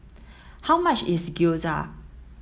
how much is Gyoza